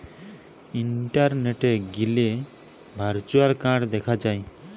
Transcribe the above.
ইন্টারনেটে গ্যালে virtual card দেখা যায়